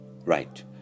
right